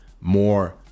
more